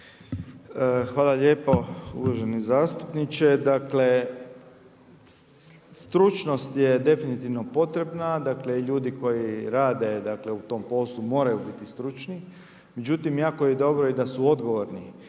Hvala lijepo uvaženi zastupniče. Dakle, stručnost je definitivno potrebna, dakle, ljudi koji rade dakle, u tom poslu, moraju biti stručni. Međutim, jako je dobro da su i odgovorni.